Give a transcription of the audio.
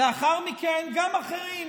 לאחר מכן היו גם אחרים.